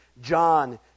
John